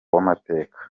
w’amateka